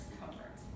comfort